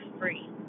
free